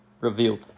revealed